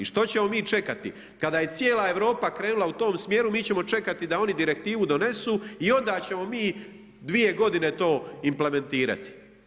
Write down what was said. I što ćemo mi čekati kada je cijela Europa krenula u tom smjeru mi ćemo čekati da oni direktivu donesu i onda ćemo mi dvije godine to implementirati.